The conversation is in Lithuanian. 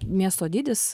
miesto dydis